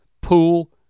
pool